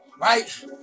right